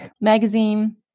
magazine